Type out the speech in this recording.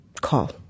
call